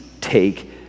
take